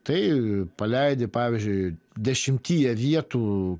tai paleidi pavyzdžiui dešimtyje vietų